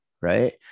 right